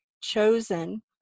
chosen